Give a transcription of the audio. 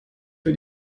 für